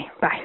Bye